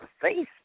face